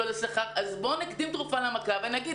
להוסיף לתל"ן וכוועדה אנחנו מאשרים לו כל דבר.